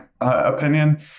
opinion